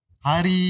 Hari